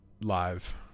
live